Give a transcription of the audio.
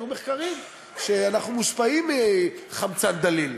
היו מחקרים שאנחנו מושפעים מחמצן דליל.